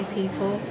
people